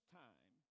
time